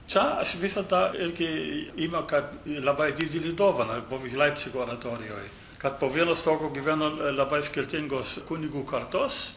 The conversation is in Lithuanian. čia aš visą tą irgi ima kad ir labai didelį dovaną leipcigo oratorijoj kad po vienu stogu gyveno labai skirtingos kunigų kartos